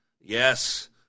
Yes